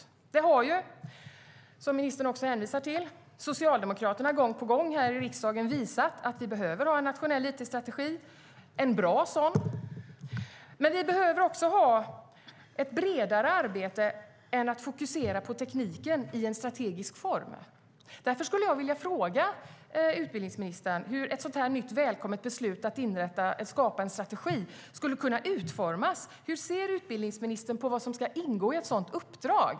Socialdemokraterna har gång på gång här i riksdagen visat, vilket ministern också hänvisar till, att vi behöver ha en nationell it-strategi - och en bra sådan. Vi behöver också ha ett bredare arbete än att fokusera på tekniken i en strategisk form. Därför skulle jag vilja fråga utbildningsministern hur ett sådant här nytt välkommet beslut att skapa en strategi skulle kunna utformas. Hur ser utbildningsministern på vad som ska ingå i ett sådant uppdrag?